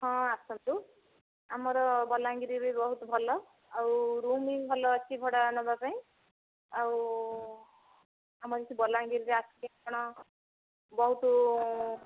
ହଁ ଆସନ୍ତୁ ଆମର ବଲାଙ୍ଗୀରି ବି ବହୁତ ଭଲ ଆଉ ରୁମ୍ ବି ଭଲ ଅଛି ଭଡ଼ା ନେବା ପାଇଁ ଆଉ ଆମର ଏଠି ବଲାଙ୍ଗୀରିରେ ଆସିଲେ ଆପଣ ବହୁତ